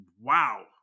wow